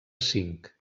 cinc